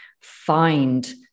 find